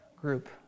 group